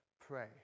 pray